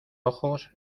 ojos